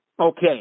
Okay